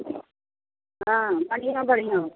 हँ बढ़िआँ बढ़िआँ हो